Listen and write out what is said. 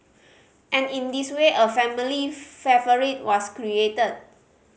and in this way a family favourite was created